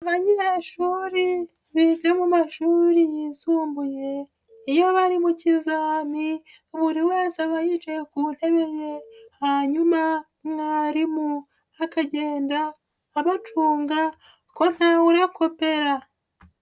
Abanyeshuri biga mu mashuri yisumbuye iyo bari mu kizami buri wese aba yicaye ku ntebe ye hanyuma mwarimu akagenda abacunga ko ntawukopera.